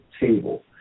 table